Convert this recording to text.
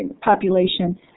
population